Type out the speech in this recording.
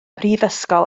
mhrifysgol